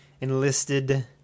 enlisted